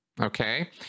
okay